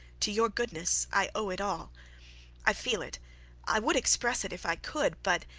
to your goodness, i owe it all i feel it i would express it if i could but,